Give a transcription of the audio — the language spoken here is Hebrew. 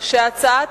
שהצעת